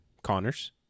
Connors